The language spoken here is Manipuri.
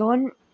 ꯂꯣꯟ